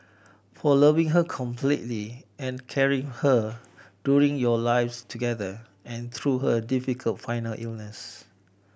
for loving her completely and caring her during your lives together and through her difficult final illness